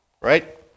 right